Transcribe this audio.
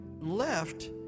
left